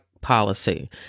policy